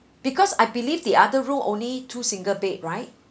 because I believe the other room only two single bed right